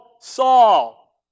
Saul